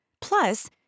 Plus